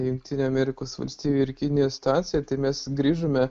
jungtinių amerikos valstijų ir kinijos situaciją tai mes grįžome